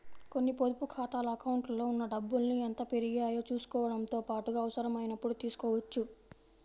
కొన్ని పొదుపు ఖాతాల అకౌంట్లలో ఉన్న డబ్బుల్ని ఎంత పెరిగాయో చూసుకోవడంతో పాటుగా అవసరమైనప్పుడు తీసుకోవచ్చు